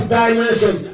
dimension